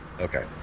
Okay